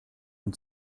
und